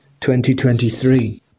2023